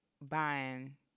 Buying